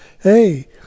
hey